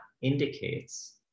indicates